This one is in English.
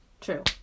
true